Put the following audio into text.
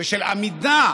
ושל עמידה